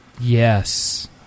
Yes